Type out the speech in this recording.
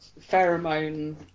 pheromone